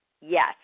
Yes